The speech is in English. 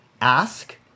ask